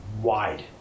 wide